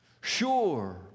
sure